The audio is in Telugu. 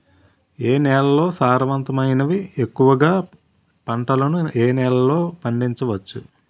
ఏ నేలలు సారవంతమైనవి? ఎక్కువ గా పంటలను ఏ నేలల్లో పండించ వచ్చు?